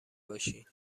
باشین